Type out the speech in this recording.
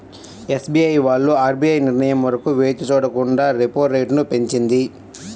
SBI వాళ్ళు RBI నిర్ణయం వరకు వేచి చూడకుండా రెపో రేటును పెంచింది